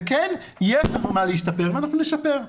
וכן, יש לנו מה להשתפר ואנחנו נשפר.